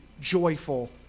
joyful